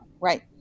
Right